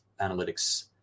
analytics